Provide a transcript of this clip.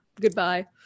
goodbye